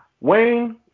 Wayne